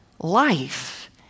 Life